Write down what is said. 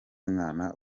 mwana